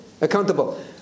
Accountable